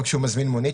או כשהוא מזמין מונית,